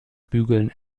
bügeln